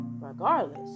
regardless